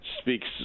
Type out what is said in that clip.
speaks